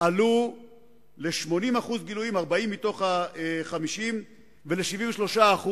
עלו ל-80% גילויים, 40 מתוך ה-50, ול-73%,